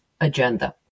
agenda